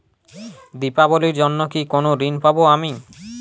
দীপাবলির জন্য কি কোনো ঋণ পাবো আমি?